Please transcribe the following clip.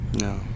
No